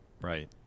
Right